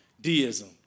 deism